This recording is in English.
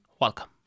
welcome